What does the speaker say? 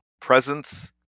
presence